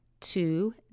two